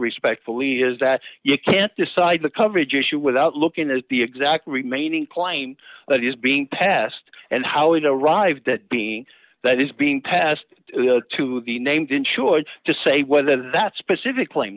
respectfully is that you can't decide the coverage issue without looking at the exact remaining claim that is being passed and how it arrived that being that is being passed to the named insured to say whether that specific